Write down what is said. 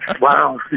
Wow